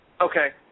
okay